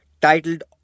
Titled